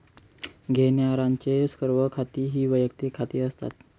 घेण्यारांचे सर्व खाती ही वैयक्तिक खाती असतात